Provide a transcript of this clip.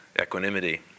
equanimity